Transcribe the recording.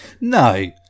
No